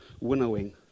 winnowing